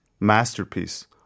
Masterpiece